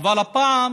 אבל הפעם